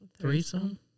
threesome